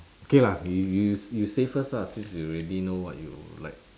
okay lah you you you say first lah since you already know what you like